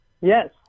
yes